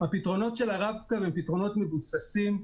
הפתרונות של הרב-קו הם פתרונות מבוססים,